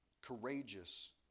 courageous